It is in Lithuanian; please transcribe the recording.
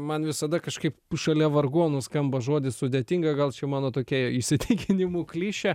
man visada kažkaip šalia vargonų skamba žodis sudėtinga gal čia mano tokia įsitikinimų klišė